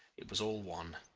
it was all one.